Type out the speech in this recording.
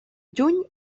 juny